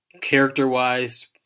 character-wise